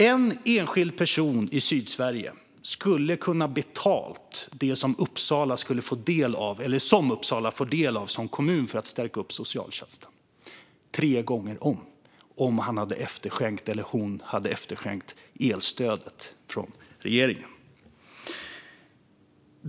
En enskild person i Sydsverige skulle tre gånger om ha kunnat betala det som Uppsala får del av som kommun för att stärka socialtjänsten om han eller hon hade efterskänkt elstödet från regeringen.